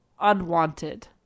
unwanted